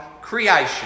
creation